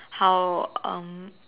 how um